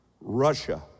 Russia